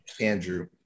Andrew